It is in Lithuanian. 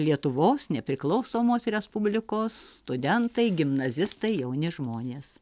lietuvos nepriklausomos respublikos studentai gimnazistai jauni žmonės